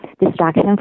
distraction